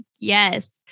Yes